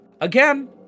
Again